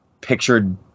pictured